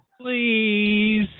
please